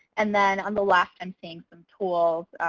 and then on the last i'm seeing some tools,